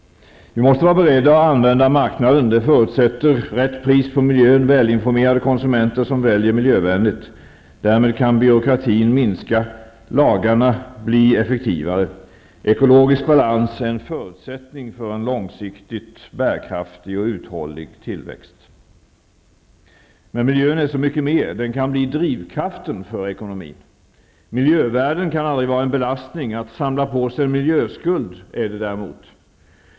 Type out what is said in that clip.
Vi måste vara beredda att använda marknaden. Det förutsätter rätt pris på miljön och välinformerade konsumenter som väljer miljövänligt. Därmed kan byråkratin minska och lagarna bli effektivare. Ekologisk balans är en förutsättning för en långsiktigt bärkraftig och uthållig tillväxt. Men miljön är så mycket mer. Den kan bli drivkraften för ekonomin. Miljövärden kan aldrig vara en belastning -- att samla på sig en miljöskuld är däremot en belastning.